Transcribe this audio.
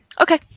Okay